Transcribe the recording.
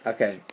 Okay